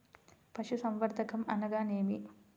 పశుసంవర్ధకం అనగా ఏమి?